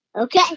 okay